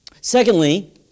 Secondly